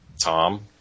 Tom